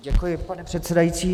Děkuji, pane předsedající.